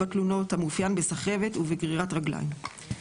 תלונות המאופיין בסחבת וגרירת רגליים.